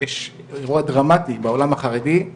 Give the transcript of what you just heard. שיש אירוע דרמטי בעולם החרדי,